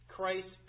Christ